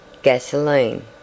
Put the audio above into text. gasoline